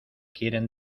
quieren